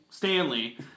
Stanley